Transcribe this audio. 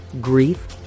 grief